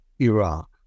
Iraq